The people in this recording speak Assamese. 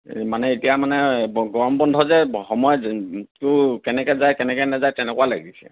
মানে এতিয়া মানে গৰম বন্ধ যে সময় টো কেনেকৈ যায় কেনেকৈ নেযায় তেনেকুৱা লাগিছে